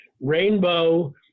Rainbow